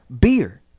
Beer